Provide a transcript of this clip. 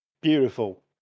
beautiful